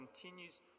continues